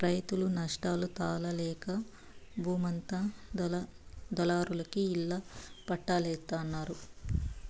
రైతులు నష్టాలు తాళలేక బూమంతా దళారులకి ఇళ్ళ పట్టాల్జేత్తన్నారు